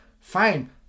fine